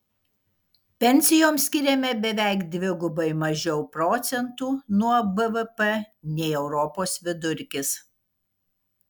pensijoms skiriame beveik dvigubai mažiau procentų nuo bvp nei europos vidurkis